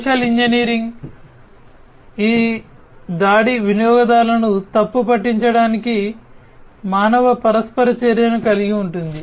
social engineering ఈ దాడి వినియోగదారులను తప్పుదారి పట్టించడానికి మానవ పరస్పర చర్యను కలిగి ఉంటుంది